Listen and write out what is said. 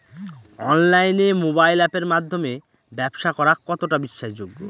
অনলাইনে মোবাইল আপের মাধ্যমে ব্যাবসা করা কতটা বিশ্বাসযোগ্য?